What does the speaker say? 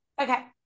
Okay